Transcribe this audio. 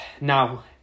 Now